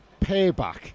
payback